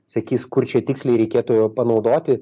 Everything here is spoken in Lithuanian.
sakys kur čia tiksliai reikėtų panaudoti